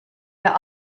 yet